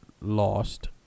lost